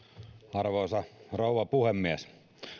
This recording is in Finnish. arvoisa rouva puhemies